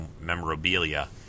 memorabilia